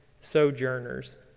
sojourners